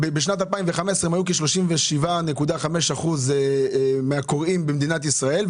קראו אותם 37.5 אחוזים מהקוראים במדינת ישראל,